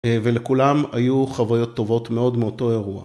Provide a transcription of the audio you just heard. ולכולם היו חוויות טובות מאוד מאותו אירוע.